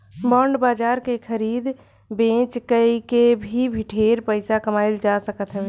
bond बाजार के खरीद बेच कई के भी ढेर पईसा कमाईल जा सकत हवे